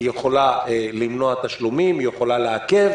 היא יכולה למנוע תשלומים, היא יכולה לעכב.